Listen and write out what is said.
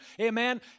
amen